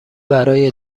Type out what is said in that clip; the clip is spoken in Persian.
برای